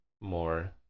more